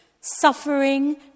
suffering